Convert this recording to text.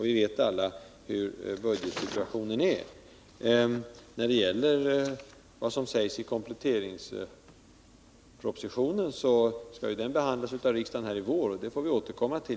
Vi vet alla hur budgetsituationen är. Kompletteringspropositionen och vad som sägs i den skall behandlas av riksdagen nu i vår.